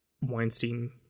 Weinstein